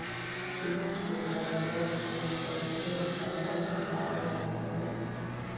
कीट के परकोप से कैसे फसल बचाब रखबय?